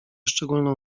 szczególną